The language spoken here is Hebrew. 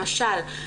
למשל,